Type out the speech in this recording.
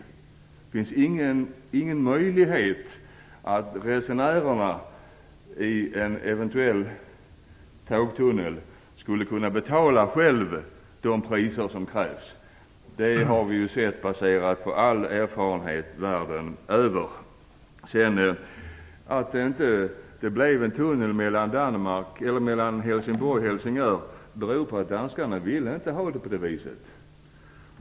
Det finns ingen möjlighet att resenärerna i en eventuell tågtunnel själva skulle kunna betala de priser som krävs. Det har vi sett. Det är baserat på all erfarenhet världen över. Att det inte blev en tunnel mellan Helsingborg och Helsingör beror på att danskarna inte ville ha det på det viset.